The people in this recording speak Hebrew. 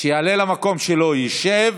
שיעלה למקום שלו, ישב,